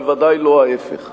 בוודאי לא ההיפך.